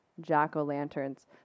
jack-o'-lanterns